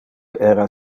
era